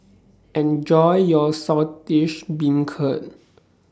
Enjoy your Saltish Beancurd